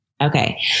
Okay